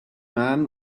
man